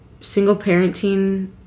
single-parenting